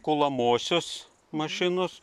kuliamosios mašinos